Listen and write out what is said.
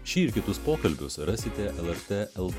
šį ir kitus pokalbius rasite lrt l